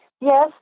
Yes